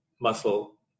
muscle